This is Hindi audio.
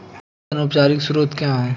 ऋण के अनौपचारिक स्रोत क्या हैं?